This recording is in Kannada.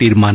ತೀರ್ಮಾನ